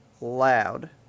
loud